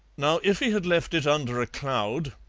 now if he had left it under a cloud,